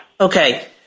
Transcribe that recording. Okay